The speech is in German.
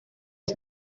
ist